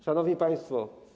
Szanowni Państwo!